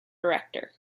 director